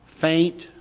faint